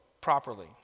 properly